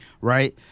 right